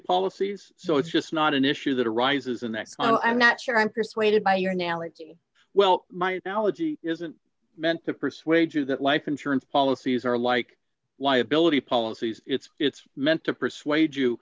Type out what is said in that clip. policies so it's just not an issue that arises in that car and not sure i'm persuaded by your analogy well my knowledge isn't meant to persuade you that life insurance policies are like liability policies it's it's meant to persuade you